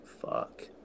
Fuck